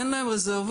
אין להם רזרבות,